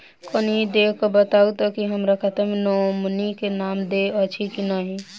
कनि ई देख कऽ बताऊ तऽ की हमरा खाता मे नॉमनी केँ नाम देल अछि की नहि?